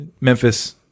Memphis